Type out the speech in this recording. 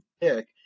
pick